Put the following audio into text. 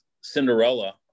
Cinderella